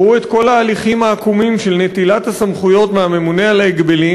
ראו את כל ההליכים העקומים של נטילת הסמכויות מהממונה על ההגבלים